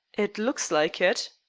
it looks like it.